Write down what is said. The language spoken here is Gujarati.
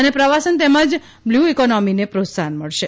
અને પ્રવાસન તેમજ બ્લુ ઇકોનોમીને પ્રોત્સાહન મળશે